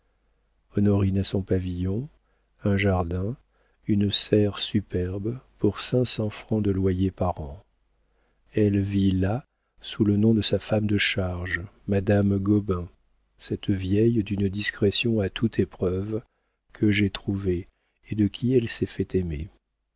honorine a son pavillon un jardin une serre superbe pour cinq cents francs de loyer par an elle vit là sous le nom de sa femme de charge madame gobain cette vieille d'une discrétion à toute épreuve que j'ai trouvée et de qui elle s'est fait aimer